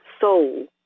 soul